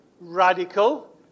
radical